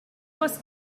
was